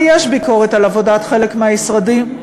ויש ביקורת על עבודת חלק מהמשרדים,